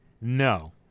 No